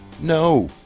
No